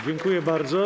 Dziękuję bardzo.